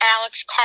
Alex